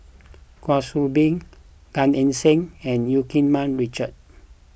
Kwa Soon Bee Gan Eng Seng and Eu Keng Mun Richard